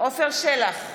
עפר שלח,